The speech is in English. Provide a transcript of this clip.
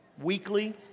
weekly